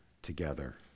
together